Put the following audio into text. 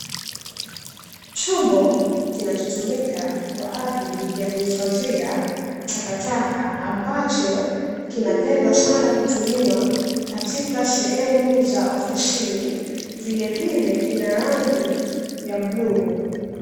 Chombo kinachotumika kwa ajili ya kuhifadhia takataka, ambacho kinapendwa sana kutumiwa katika sehemu za ofisini vilevile kina rangi ya bluu.